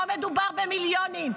לא מדובר במיליונים.